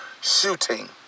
shooting